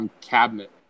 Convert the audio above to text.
cabinet